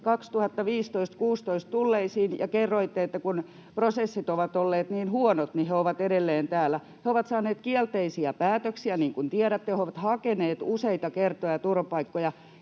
2015—16 tulleisiin ja kerroitte, että kun prosessit ovat olleet niin huonot, niin he ovat edelleen täällä. He ovat saaneet kielteisiä päätöksiä, ja niin kuin tiedätte, he ovat hakeneet useita kertoja turvapaikkoja,